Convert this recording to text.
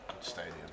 Stadium